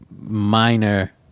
minor